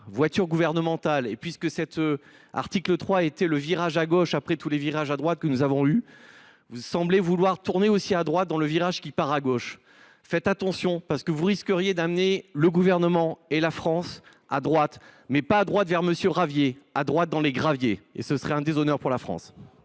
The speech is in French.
voiture gouvernementale. Avec l’article 3, elle marquait un virage à gauche, après tous les virages à droite que nous avons connus ; or vous semblez vouloir tourner aussi à droite dans ce virage qui part à gauche. Faites attention, car vous risqueriez de conduire le Gouvernement et la France à droite, non pas vers M. Ravier, mais dans les graviers. Ce serait un déshonneur pour la France.